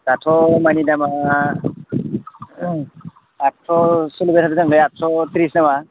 दाथ' माने दामआ आतस' सोलिबाय थादोदांलै आतस' त्रिस नामा